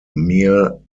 mere